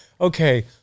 Okay